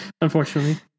Unfortunately